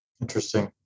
Interesting